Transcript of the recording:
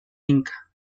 inca